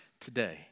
today